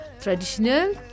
traditional